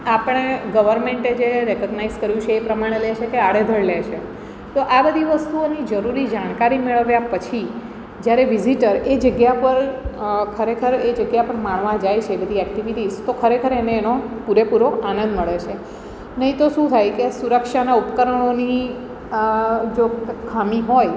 આપણે ગવર્મેન્ટે જે રેકગ્નાઇઝ કર્યું છે એ પ્રમાણે લે છે કે આડેધડ લે છે તો આ બધી વસ્તુઓની જરૂરી જાણકારી મેળવ્યા પછી જ્યારે વિઝિટર એ જગ્યા પર ખરેખર એ જગ્યા પર માણવા જાય છે બધી એક્ટિવિટીસ તો ખરેખર એને એનો પૂરેપૂરો આનંદ મળે છે નહીં તો શું થાય કે સુરક્ષાનાં ઉપકરણોની જો ખામી હોય